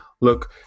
Look